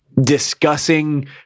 discussing